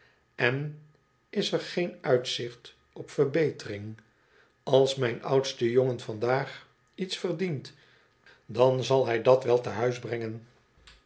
en is er geen uitzicht op verbetering ft als mijn oudsten jongen vandaag iets verdient dan zal hij dat wel te huis brengen